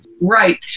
Right